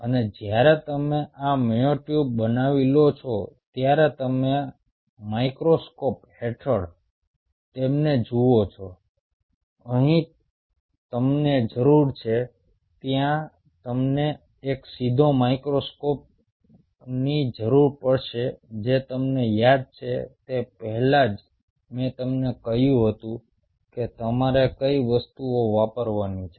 અને જ્યારે તમે આ મ્યોટ્યુબ્સ બનાવી લો છો ત્યારે તમે માઇક્રોસ્કોપ હેઠળ તેમને જુઓ છો અહીં તમને જરૂર છે ત્યાં તમને એક સીધા માઇક્રોસ્કોપની જરૂર પડશે જે તમને યાદ છે તે પહેલા જ મેં તમને કહ્યું હતું કે તમારે કઈ વસ્તુઓ વાપરવાની છે